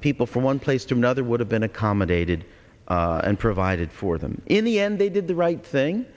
people from one place to another would have been accommodated and provided for them in the end they did the right thing